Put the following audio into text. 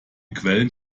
quellen